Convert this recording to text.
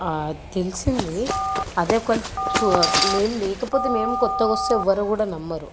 తెలిసింది అదే కొంచెం మేము లేకపోతే మేము కొత్తగా వస్తే ఎవరూ కూడా నమ్మరు